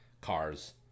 Cars